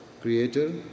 creator